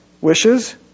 wishes